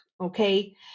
okay